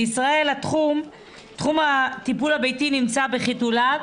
בישראל תחום הטיפול הביתי נמצא בחיתוליו,